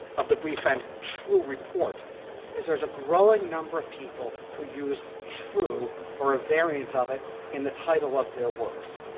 the briefe and true report is there is a growing number of people who used true or a variant of it in the title of their works,